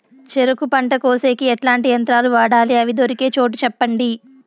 చెరుకు పంట కోసేకి ఎట్లాంటి యంత్రాలు వాడాలి? అవి దొరికే చోటు చెప్పండి?